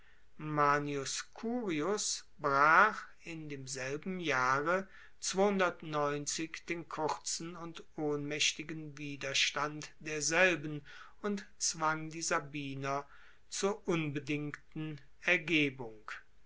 manius curius brach in demselben jahre den kurzen und ohnmaechtigen widerstand derselben und zwang die sabiner zur unbedingten ergebung